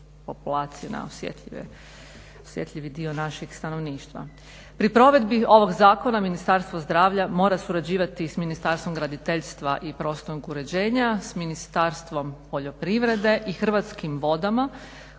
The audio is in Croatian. na osjetljivi dio našeg stanovništva. Pri provedbi ovog zakona Ministarstvo zdravlja mora surađivati sa Ministarstvom graditeljstva i prostornog uređenja, s Ministarstvom poljoprivrede i Hrvatskim vodama